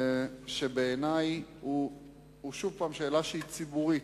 שבעיני הוא שוב שאלה ציבורית,